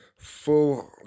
full